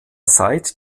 seit